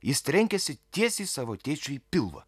jis trenkėsi tiesiai savo tėčiui į pilvą